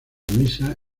misa